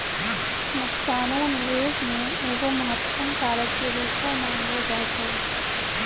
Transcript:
नुकसानो निबेश मे एगो महत्वपूर्ण कारक के रूपो मानलो जाय छै